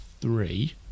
three